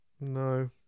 No